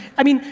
i mean,